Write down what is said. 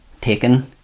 taken